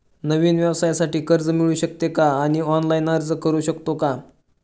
नवीन व्यवसायासाठी कर्ज मिळू शकते का आणि ऑनलाइन अर्ज करू शकतो का?